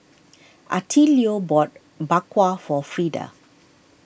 Attilio bought Bak Kwa for Frida